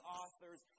authors